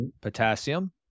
Potassium